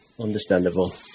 Understandable